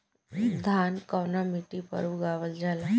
धान कवना मिट्टी पर उगावल जाला?